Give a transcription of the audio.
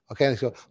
Okay